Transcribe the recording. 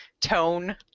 tone